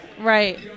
Right